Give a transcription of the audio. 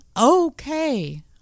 Okay